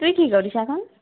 তুই কী করিস এখন